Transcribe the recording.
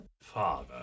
Father